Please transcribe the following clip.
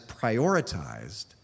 prioritized